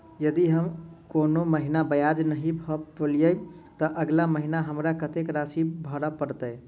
यदि हम कोनो महीना ब्याज नहि भर पेलीअइ, तऽ अगिला महीना हमरा कत्तेक राशि भर पड़तय?